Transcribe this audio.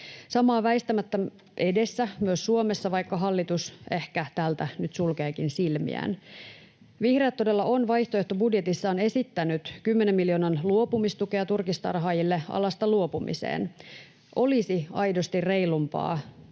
Sama on väistämättä edessä myös Suomessa, vaikka hallitus ehkä tältä nyt sulkeekin silmiään. Vihreät todella on vaihtoehtobudjetissaan esittänyt 10 miljoonan luopumistukea turkistarhaajille alasta luopumiseen. Olisi aidosti reilumpaa